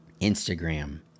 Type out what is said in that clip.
Instagram